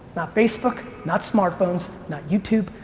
not facebook, not smartphones, not youtube,